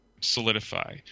solidify